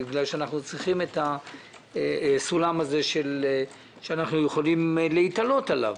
בגלל שאנחנו צריכים את הסולם הזה שאנחנו יכולים להיתלות עליו.